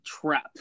trap